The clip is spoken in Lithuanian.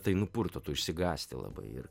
tai nupurto tu išsigąsti labai ir